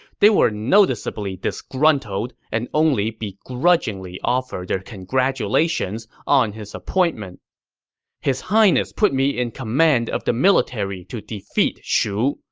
they were noticeably disgruntled and only begrudgingly offered their congratulations on his appointment his highness put me in command of the military to defeat shu,